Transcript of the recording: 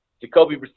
Jacoby